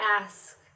ask